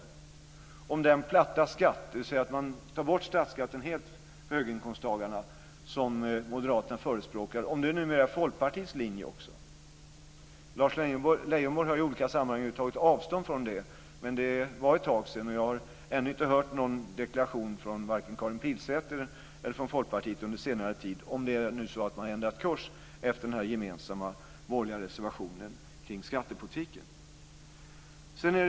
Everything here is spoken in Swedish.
Vidare undrar jag om den platta skatt - dvs. helt borttagen statsskatt för höginkomsttagarna - som Moderaterna förespråkar numera också är Folkpartiets linje. Lars Leijonborg har ju i olika sammanhang tagit avstånd från det men det är nu ett tag sedan. Jag har under senare tid inte hört någon deklaration vare sig från Karin Pilsäter eller från Folkpartiet, om det nu är så att man efter den gemensamma borgerliga reservationen kring skattepolitiken har ändrat kurs.